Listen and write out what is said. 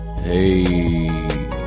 Hey